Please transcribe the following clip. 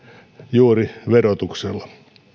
juuri verotuksella